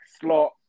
slot